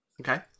Okay